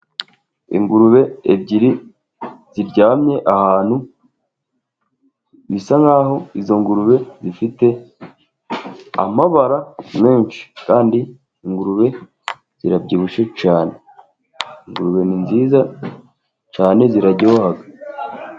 Ingurube ebyiri ziryamye ahantu, bisa nk'aho izo ngurube zifite amabara menshi, kandi ingurube zirabyibushye cyane, ingurube ni nziza cyane ziraryoha.